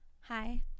Hi